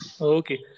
okay